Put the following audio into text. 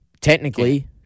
technically